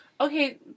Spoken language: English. Okay